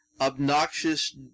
obnoxious